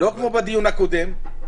לא כמו בדיון הקודם.